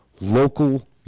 local